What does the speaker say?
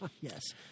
Yes